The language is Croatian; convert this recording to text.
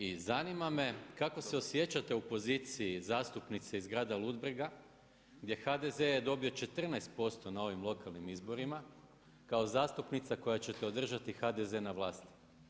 I zanima me kako se osjećate u poziciji zastupnice iz grada Ludbrega gdje je HDZ dobio 14% na ovim lokalnim izborima, kao zastupnica koja ćete održati HDZ na vlasti?